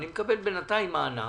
אני מקבל בינתיים מענק,